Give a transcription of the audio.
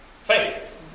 Faith